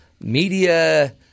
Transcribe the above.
media